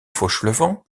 fauchelevent